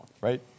Right